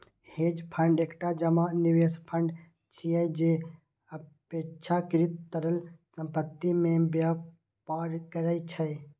hedge fund एकटा जमा निवेश फंड छियै, जे अपेक्षाकृत तरल संपत्ति मे व्यापार करै छै